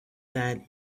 that